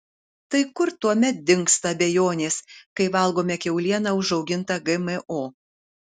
tai kur tuomet dingsta abejonės kai valgome kiaulieną užaugintą gmo